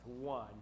one